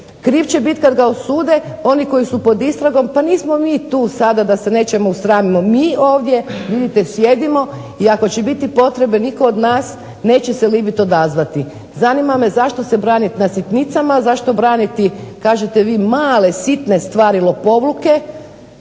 Kriv će biti kad ga osude, oni koji su pod istragom, pa nismo mi tu sada da se nečemu sramimo. Mi ovdje vidite sjedimo i ako će biti potrebe nitko od nas neće se libiti odazvati. Zanima me zašto se braniti na sitnicama, zašto braniti kažete vi male, sitne stvari lopovluke?